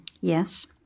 Yes